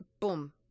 boom